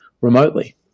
remotely